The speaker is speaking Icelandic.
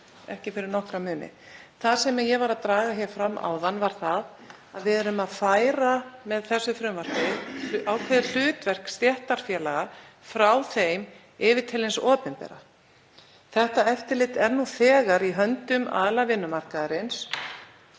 ekki fyrir nokkra muni. Það sem ég var að draga fram áðan var að með þessu frumvarpi erum við að færa ákveðið hlutverk stéttarfélaga frá þeim yfir til hins opinbera. Þetta eftirlit er nú þegar í höndum aðila vinnumarkaðarins